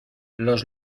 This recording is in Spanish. los